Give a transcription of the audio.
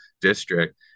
district